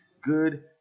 good